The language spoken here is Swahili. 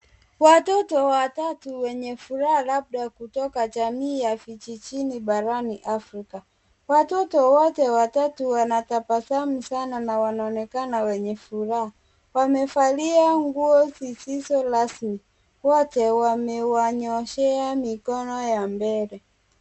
Watoto watatu wenye furaha labda kutoka jamii ya vijijini Barani Afrika. Watoto wote watatu wanatabasamu sana na wanonekana wenye furaha. Wamevalia nguo zisizo lazima, wote wamewanyooshea mikono ya mbele.